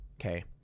okay